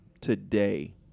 today